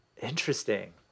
Interesting